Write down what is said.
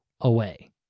away